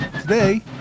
Today